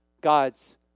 God's